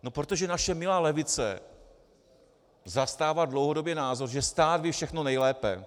No protože naše milá levice zastává dlouhodobě názor, že stát ví všechno nejlépe.